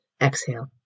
exhale